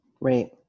Right